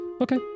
Okay